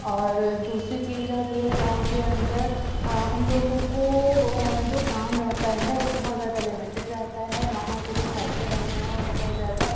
اور دوسری چیز رہتی ہے گاؤں کے اندر ان لوگوں کو جو کام رہتا ہے وہ بہت زیادہ لیمیٹیڈ رہتا ہے وہاں کے جو خرچے رہتے ہیں وہ بہت زیادہ